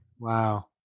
Wow